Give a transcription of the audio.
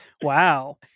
Wow